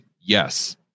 Yes